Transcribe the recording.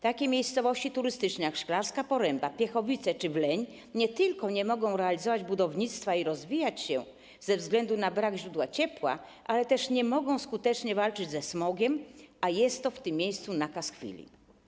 Takie miejscowości turystyczne jak Szklarska Poręba, Piechowice czy Wleń nie tylko nie mogą realizować zadań w zakresie budownictwa i rozwijać się ze względu na brak źródła ciepła, ale też nie mogą skutecznie walczyć ze smogiem, co jest na tym obszarze nakazem chwili.